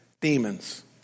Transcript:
demons